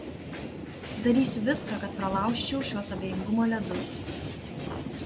darysiu viską kad pralaužčiau šiuos abejingumo ledus